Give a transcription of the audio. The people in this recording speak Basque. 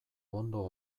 ondo